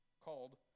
called